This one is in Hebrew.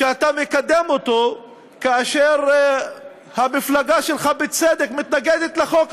שאתה מקדם אותו, כאשר המפלגה שלך בצדק מתנגדת לו,